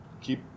keep